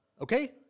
Okay